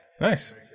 Nice